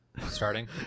starting